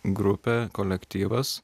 grupė kolektyvas